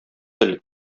тел